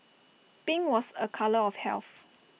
pink was A colour of health